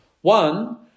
One